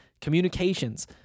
communications